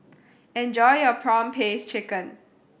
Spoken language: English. enjoy your prawn paste chicken